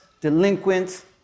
delinquents